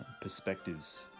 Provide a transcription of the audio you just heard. perspectives